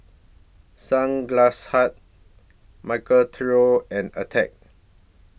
Sunglass Hut Michael Trio and Attack